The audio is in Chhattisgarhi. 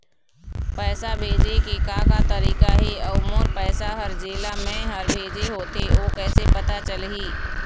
पैसा भेजे के का का तरीका हे अऊ मोर पैसा हर जेला मैं हर भेजे होथे ओ कैसे पता चलही?